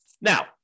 Now